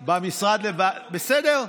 בסדר.